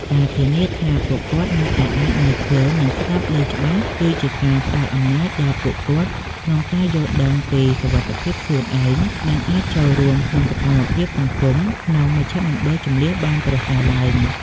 ការធានាថាពួកគាត់នៅតែអាចមើលឃើញ និងស្ដាប់ឮច្បាស់ គឺជាការផ្ដល់អំណាចដល់ពួកគាត់ក្នុងការយល់ដឹងពីសុវត្ថិភាពខ្លួនឯង និងអាចចូលរួមក្នុងសកម្មភាពសង្គមក្នុងមជ្ឈមណ្ឌលជម្លៀសបានប្រសើរឡើង។